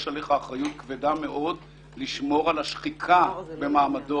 יש עליך אחריות כבדה מאוד לשמור נגד השחיקה במעמדו